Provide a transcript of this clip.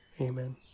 Amen